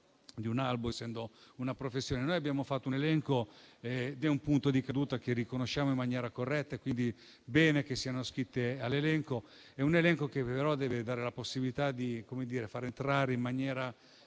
la guida turistica una professione. Noi abbiamo fatto un elenco ed è un punto di caduta che riconosciamo in maniera corretta. Va bene quindi che le guide siano iscritte in un elenco, che però deve dare la possibilità di far entrare in maniera